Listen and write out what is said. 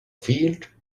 field